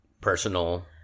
personal